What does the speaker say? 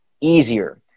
easier